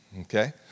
Okay